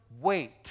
wait